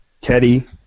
Teddy